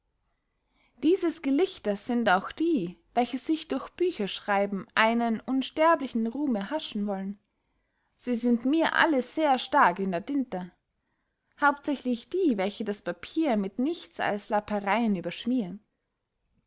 dieses gelichters sind auch die welche sich durch bücherschreiben einen unsterblichen ruhm erhaschen wollen sie sind mir alle sehr stark in der dinte hauptsächlich die welche das papier mit nichts als lappereyen überschmieren